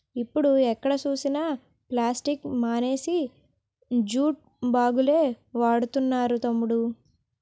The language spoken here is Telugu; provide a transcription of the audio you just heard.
ఇప్పుడు ఎక్కడ చూసినా ప్లాస్టిక్ మానేసి జూట్ బాగులే వాడుతున్నారు తమ్ముడూ